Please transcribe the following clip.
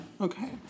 okay